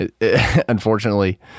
Unfortunately